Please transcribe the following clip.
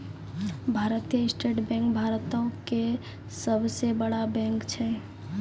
भारतीय state bank भारतो के सभ से बड़ा बैंक छै